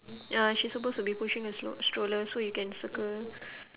ya she's supposed to be pushing a stro~ stroller so you can circle